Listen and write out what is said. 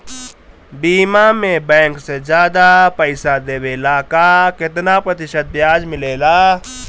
बीमा में बैंक से ज्यादा पइसा देवेला का कितना प्रतिशत ब्याज मिलेला?